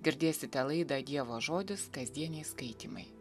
girdėsite laidą dievo žodis kasdieniai skaitymai